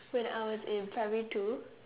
when I was in primary two